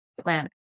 planet